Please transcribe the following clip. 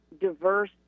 diverse